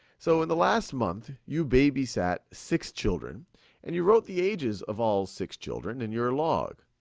so in the last month you babysat six children and you wrote the ages of all six children in your log.